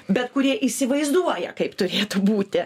bet kurie įsivaizduoja kaip turėtų būti